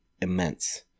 immense